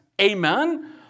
Amen